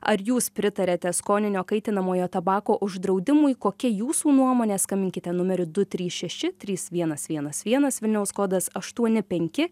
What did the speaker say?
ar jūs pritariate skoninio kaitinamojo tabako uždraudimui kokia jūsų nuomonė skambinkite numeriu du trys šeši trys vienas vienas vienas vilniaus kodas aštuoni penki